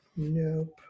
Nope